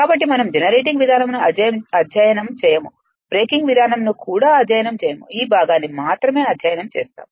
కాబట్టి మనం జనరేటింగ్ విధానంను అధ్యయనం చేయము బ్రేకింగ్ విధానంను కూడా అధ్యయనం చేయము ఈ భాగాన్ని మాత్రమే అధ్యయనం చేస్తాము